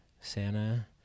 Santa